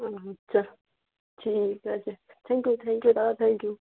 আচ্ছা ঠিক আছে থ্যাংক ইউ থ্যাংক ইউ দাদা থ্যাংক ইউ